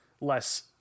less